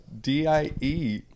D-I-E